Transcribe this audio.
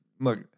look